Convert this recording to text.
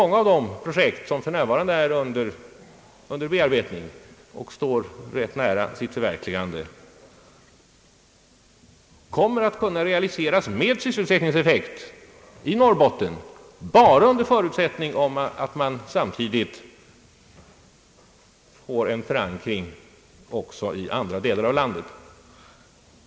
Många av de projekt som för närvarande är under bearbetning och som står rätt nära sitt förverkligande kommer att kunna realiseras med sysselsättningseffekt i Norrbotten bara under förutsättning att de samtidigt får en förankring också i andra delar av landet.